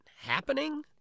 happening